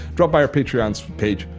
drop by our patreon so page.